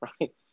right